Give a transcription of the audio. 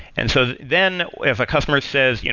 and so then if a customer says,